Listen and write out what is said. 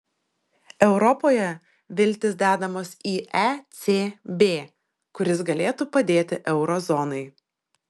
europoje viltys dedamos į ecb kuris galėtų padėti euro zonai